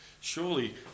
Surely